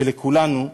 ולכולנו.